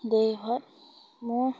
দেৰি হোৱাত মোৰ